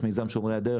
יש את מיזם "שומרי הדרך",